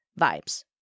vibes